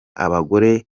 abagore